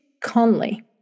Conley